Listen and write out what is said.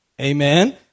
Amen